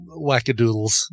wackadoodles